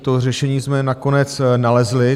To řešení jsme nakonec nalezli.